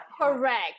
Correct